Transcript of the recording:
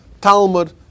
Talmud